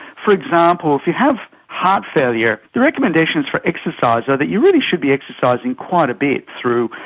for example, if you have heart failure the recommendations for exercise are that you really should be exercising quite a bit through,